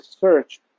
search